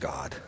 God